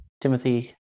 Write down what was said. Timothy